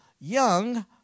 young